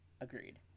agreed